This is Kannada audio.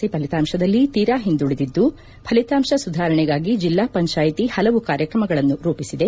ಸಿ ಫಲಿತಾಂಶದಲ್ಲಿ ತೀರಾ ಹಿಂದುಳಿದಿದ್ದು ಫಲಿತಾಂಶ ಸುಧಾರಣೆಗಾಗಿ ಜಿಲ್ಲಾ ಪಂಚಾಯಿತಿ ಪಲವು ಕಾರ್ಯಕ್ರಮಗಳನ್ನು ರೂಪಿಸಿದೆ